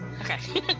Okay